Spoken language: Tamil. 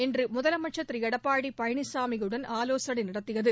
இன்று முதலமைச்சர் திரு எடப்பாடி பழனிசாமியுடன் ஆவோசனை நடத்தியது